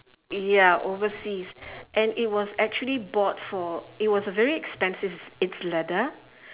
ya overseas and it was actually bought for it was a very expensive it's leather